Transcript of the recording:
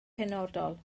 penodol